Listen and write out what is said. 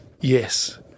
yes